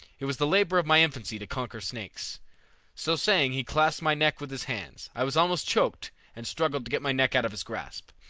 it was the labor of my infancy to conquer snakes so saying he clasped my neck with his hands. i was almost choked, and struggled to get my neck out of his grasp.